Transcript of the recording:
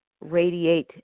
radiate